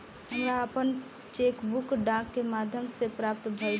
हमरा आपन cheque book डाक के माध्यम से प्राप्त भइल ह